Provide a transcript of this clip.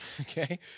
okay